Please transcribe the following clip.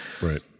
right